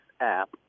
app